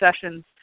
sessions